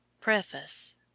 Preface